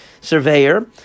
surveyor